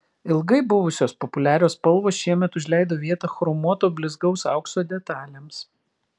ilgai buvusios populiarios spalvos šiemet užleido vietą chromuoto blizgaus aukso detalėms